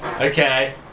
Okay